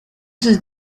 sus